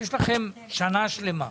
יש לכם שנה שלמה.